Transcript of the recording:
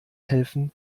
helfen